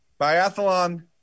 Biathlon